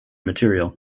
material